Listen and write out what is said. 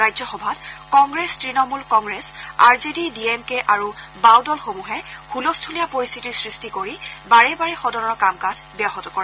ৰাজ্যসভাত Congress Trinamool Congress RJD DMK আৰু বাও দলসমূহে ছলস্থূলীয়া পৰিস্থিতিৰ সৃষ্টি কৰি বাৰে বাৰে সদনৰ কাম কাজ ব্যাহত কৰে